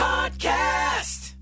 Podcast